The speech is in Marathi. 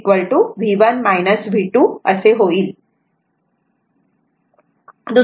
म्हणून Vs V1 V2 होईल